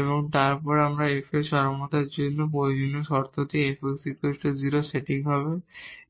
এবং তারপর এই F এর এক্সট্রিমার জন্য প্রয়োজনীয় শর্তটি Fx 0 সেটিং হবে